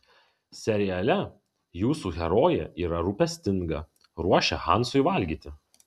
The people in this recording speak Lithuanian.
seriale jūsų herojė yra rūpestinga ruošia hansui valgyti